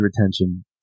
retention